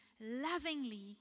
lovingly